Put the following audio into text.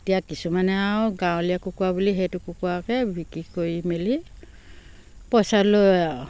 এতিয়া কিছুমানে আৰু গাঁৱলীয়া কুকুৰা বুলি সেইটো কুকুৰাকে বিক্ৰী কৰি মেলি পইছা লয় আৰু